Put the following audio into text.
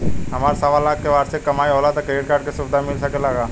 हमार सवालाख के वार्षिक कमाई होला त क्रेडिट कार्ड के सुविधा मिल सकेला का?